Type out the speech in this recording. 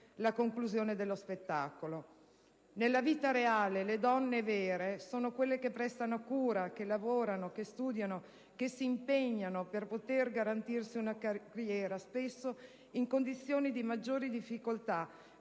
la conclusione dello spettacolo. Nella vita reale, le donne vere sono quelle che prestano cura, lavorano, studiano, si impegnano per garantirsi una carriera, spesso in condizioni di maggior difficoltà,